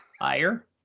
Higher